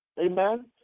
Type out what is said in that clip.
Amen